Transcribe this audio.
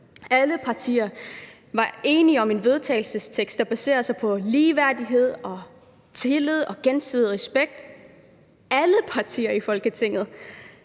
Alle partier var enige om et forslag til vedtagelse, der baserer sig på ligeværdighed og tillid og gensidig respekt. Alle partier i Folketinget